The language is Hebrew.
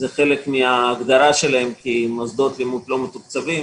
זה חלק מההגדרה שלהם כמוסדות לימוד לא מתוקצבים.